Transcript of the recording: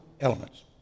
elements